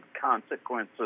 consequences